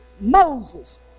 Moses